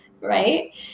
Right